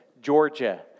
Georgia